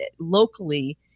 locally